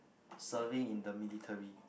serving in the military